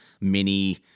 mini